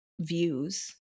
views